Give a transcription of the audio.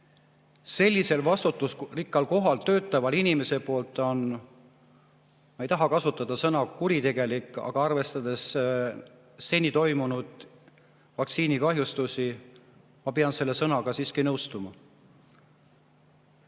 sellisel vastutusrikkal kohal töötava inimese poolt on ... Ma ei tahaks kasutada sõna "kuritegelik", aga arvestades seni tekkinud vaktsiinikahjustusi, pean ma selle sõnaga siiski nõustuma.